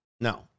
No